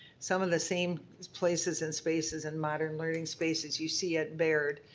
some of the same places and spaces and modern learning spaces you see at baird,